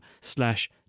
slash